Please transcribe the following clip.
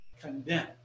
condemn